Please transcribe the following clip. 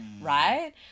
Right